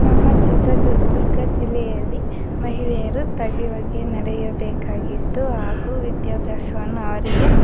ನಮ್ಮ ಚಿತ್ರದುರ್ಗ ಜಿಲ್ಲೆಯಲ್ಲಿ ಮಹಿಳೆಯರು ತಗ್ಗಿಬಗ್ಗಿ ನಡೆಯಬೇಕಾಗಿತ್ತು ಹಾಗೂ ವಿದ್ಯಾಭ್ಯಾಸವನ್ನು ಅವರಿಗೆ